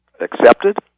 accepted